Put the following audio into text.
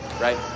right